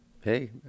Hey